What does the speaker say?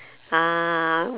ah